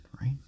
right